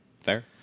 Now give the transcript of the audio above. Fair